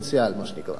מה שנקרא.